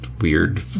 weird